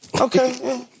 okay